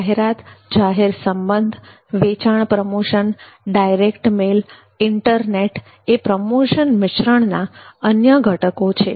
જાહેરાત જાહેર સંબંધ વેચાણ પ્રમોશન ડાયરેક્ટ મેલ ઇન્ટરનેટ એ પ્રમોશન મિશ્રણના અન્ય ઘટકો છે